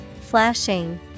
flashing